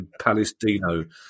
Palestino